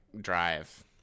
drive